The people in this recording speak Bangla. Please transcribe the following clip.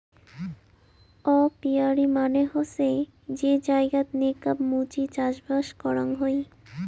অপিয়ারী মানে হসে যে জায়গাত নেকাব মুচি চাষবাস করাং হই